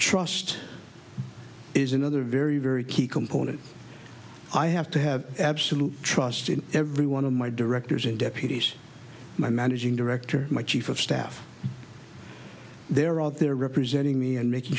trust is another very very key component i have to have absolute trust in every one of my directors and deputies my managing director my chief of staff they're all there representing me and making